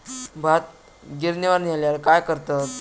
भात गिर्निवर नेल्यार काय करतत?